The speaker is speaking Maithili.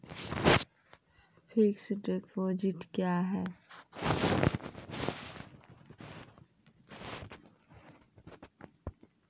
फिक्स्ड डिपोजिट क्या हैं?